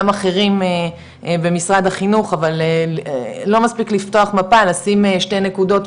אחרים במשרד החינוך אבל לא מספיק לפתוח מפה לשים שתי נקודות,